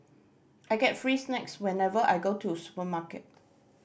I get free snacks whenever I go to the supermarket